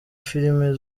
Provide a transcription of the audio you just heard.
filime